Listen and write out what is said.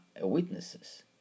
witnesses